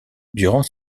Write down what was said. durant